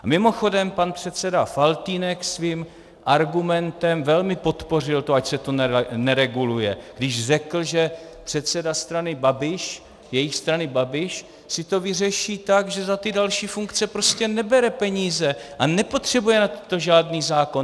Mimochodem, pan předseda Faltýnek svým argumentem velmi podpořil to, ať se to nereguluje, když řekl, že předseda jejich strany Babiš si to vyřeší tak, že za ty další funkce prostě nebere peníze a nepotřebuje na to žádný zákon.